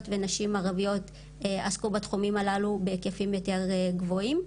ונשים ערביות עסקו בתחומים הללו בהיקפים יותר גבוהים.